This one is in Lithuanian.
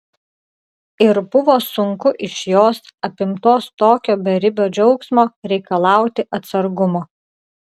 ir buvo sunku iš jos apimtos tokio beribio džiaugsmo reikalauti atsargumo